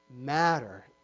matter